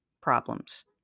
problems